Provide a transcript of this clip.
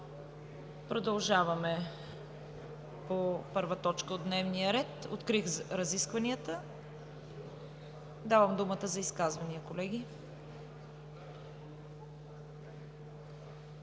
Продължаваме по първа точка от дневния ред. Открих разискванията. Давам думата за изказвания. Господин